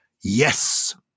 yes